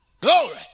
glory